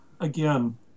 again